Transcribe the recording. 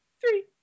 three